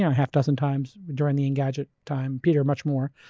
half dozen times during the engadget time, peter much more,